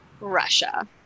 russia